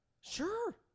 Sure